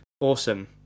Awesome